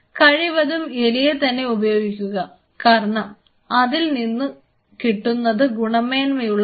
കഴിവതും എലിയെ തന്നെ ഉപയോഗിക്കുക കാരണം അതിൽ നിന്നു കിട്ടുന്നത് ഗുണമേന്മയുള്ളതാണ്